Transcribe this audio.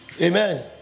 Amen